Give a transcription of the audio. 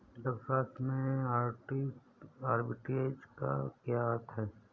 अर्थशास्त्र में आर्बिट्रेज का क्या अर्थ है?